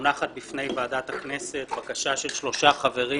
מונחת בפני ועדת הכנסת בקשה של שלושה חברים